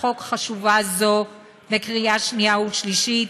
חוק חשובה זו בקריאה השנייה והשלישית,